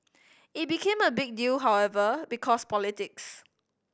it became a big deal however because politics